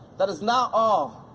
that is not all.